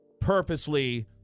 purposely